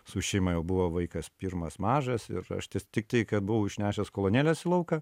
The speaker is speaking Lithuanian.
su šeima jau buvo vaikas pirmas mažas ir aš tiktai ką buvau išnešęs kolonėlės į lauką